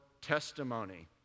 testimony